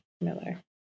Miller